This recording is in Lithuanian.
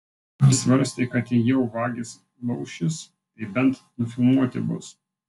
jis svarstė kad jei jau vagys laušis tai bent nufilmuoti bus